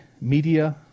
media